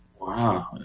Wow